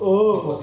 oh